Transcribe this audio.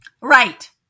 Right